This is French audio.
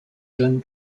jeune